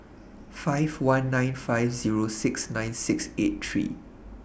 five one nine five Zero six nine six eight three